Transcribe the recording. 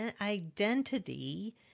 identity